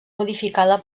modificada